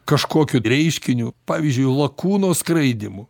kažkokiu reiškiniu pavyzdžiui lakūno skraidymų